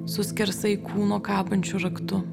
su skersai kūno kabančiu raktu